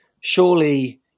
surely